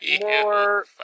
more